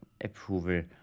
approval